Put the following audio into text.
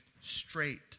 straight